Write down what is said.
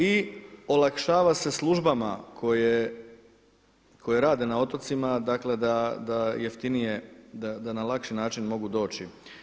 I olakšava se službama koje rade na otocima, dakle da jeftinije, da na lakši način mogu doći.